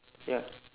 ya